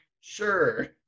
sure